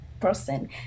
person